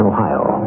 Ohio